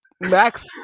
Max